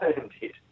Indeed